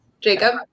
Jacob